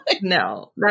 no